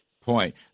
point